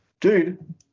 dude